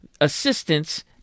assistance